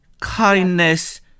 kindness